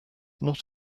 not